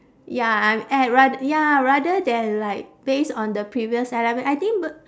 ya I'm at rat~ ya rather than like based on the previous airline I think b~